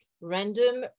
random